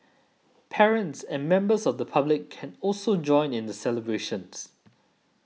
parents and members of the public can also join in the celebrations